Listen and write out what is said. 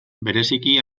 bereziki